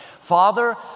Father